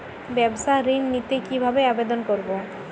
ব্যাবসা ঋণ নিতে কিভাবে আবেদন করব?